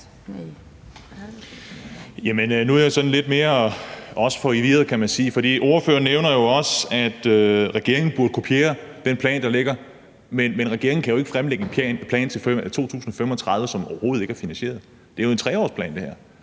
Nu er jeg lidt mere forvirret, kan man sige, for ordføreren nævner jo også, at regeringen burde kopiere den plan, der foreligger, men regeringen kan jo ikke fremlægge en plan, der går frem til 2035, som overhovedet ikke er finansieret – det her er jo en 3-årsplan. I har